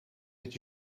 het